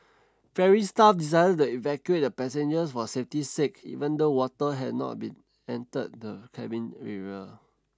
ferry staff decided to evacuate the passengers for safety sake even though water had not been entered the cabin area